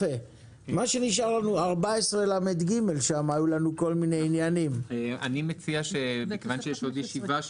מה שנשאר לנו זה סעיף 14לג. אני מציע שמכיוון שיש עוד ישיבה,